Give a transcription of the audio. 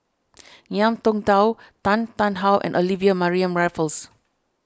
Ngiam Tong Dow Tan Tarn How and Olivia Mariamne Raffles